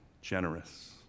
generous